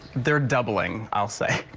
they're doubling, i'll say.